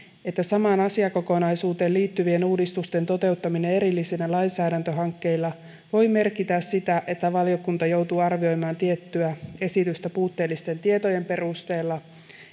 että samaan asiakokonaisuuteen liittyvien uudistusten toteuttaminen erillisinä lainsäädäntöhankkeina voi merkitä sitä että valiokunta joutuu arvioimaan tiettyä esitystä puutteellisten tietojen perusteella